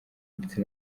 ndetse